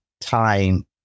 time